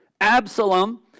Absalom